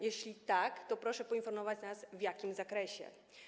Jeśli tak, to proszę poinformować nas, w jakim zakresie.